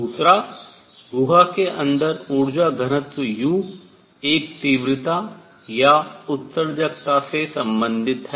दूसरा गुहा के अंदर ऊर्जा घनत्व u एक तीव्रता या उत्सर्जकता से संबंधित है